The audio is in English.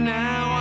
now